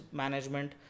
management